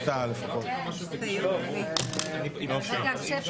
הישיבה ננעלה בשעה